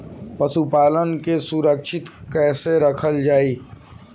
पशुपालन के सुरक्षित कैसे रखल जाई?